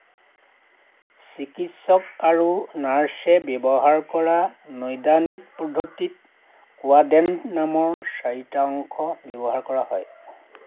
চিকিৎসক আৰু নাৰ্ছে ব্যৱহাৰ কৰা নৈদানিক পদ্ধতিত কোৱাড্ৰেণ্ট নামৰ চাৰিটা অংশ ব্যৱহাৰ কৰা হয়